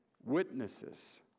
witnesses